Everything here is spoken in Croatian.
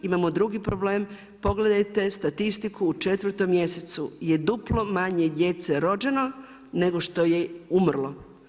Imamo drugi problem, pogledajte statistiku u 4 mjesecu je duplo manje djece rođeno, nego što je umrlo.